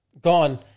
gone